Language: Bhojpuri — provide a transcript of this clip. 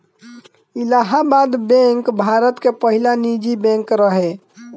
इलाहाबाद बैंक भारत के पहिला निजी बैंक रहे